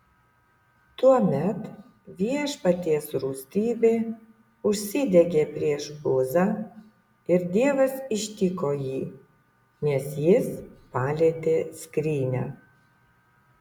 tuomet viešpaties rūstybė užsidegė prieš uzą ir dievas ištiko jį nes jis palietė skrynią